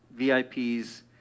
VIPs